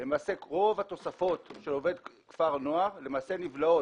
רוב התוספות של עובד כפר נוער נבלעות